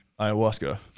ayahuasca